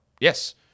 Yes